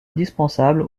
indispensable